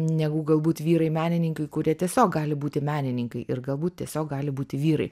negu galbūt vyrai menininkai kurie tiesiog gali būti menininkai ir galbūt tiesiog gali būti vyrai